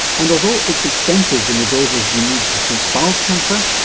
and although it's expensive in the doses you need to treat bowel cancer,